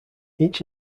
each